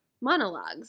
monologues